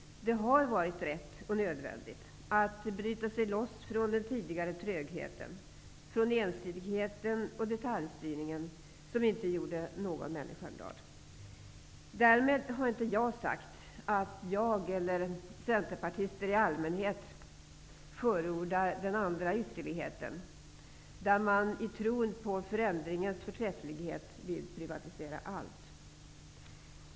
Det har varit rätt och nödvändigt att bryta sig loss från den tidigare trögheten, från ensidigheten och detaljstyrningen, som inte gjorde någon människa glad. Därmed har jag inte sagt att jag eller centerpartister i allmänhet förordar den andra ytterligheten, där man i tron på förändringens förträfflighet vill privatisera allt.